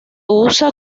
usa